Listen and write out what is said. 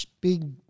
big